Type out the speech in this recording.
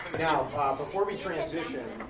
now ah before we transition,